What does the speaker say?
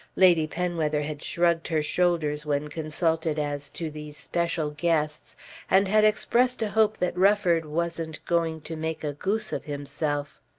lady penwether had shrugged her shoulders when consulted as to these special guests and had expressed a hope that rufford wasn't going to make a goose of himself.